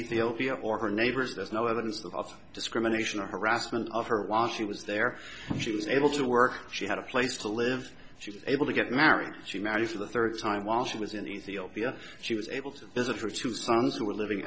ethiopia or her neighbors there's no evidence of discrimination or harassment of her while she was there and she was able to work she had a place to live she was able to get married she married for the third time while she was in ethiopia she was able to visit her two sons who were living